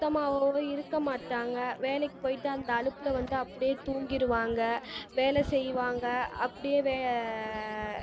சுத்தமாகவும் இருக்க மாட்டாங்கள் வேலைக்கு போய்ட்டு அந்த அலுப்பில் வந்து அப்படியே தூங்கிடுவாங்க வேலை செய்வாங்க அப்படியே வே